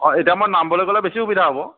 অঁ এতিয়া মই নামবৰলৈ গ'লে বেছি সুবিধা হ'ব